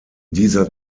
dieser